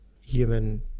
human